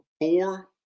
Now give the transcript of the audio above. four